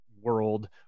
world